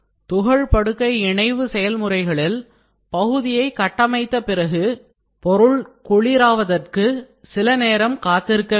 powder படுக்கை இணைவு செயல்முறைகளில் பகுதியை கட்டமைத்த பிறகு பொருள் குளிர் ஆவதற்கு சிலநேரம் செல்லும் வரையில் குறிப்பாக காத்திருக்க வேண்டும்